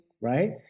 right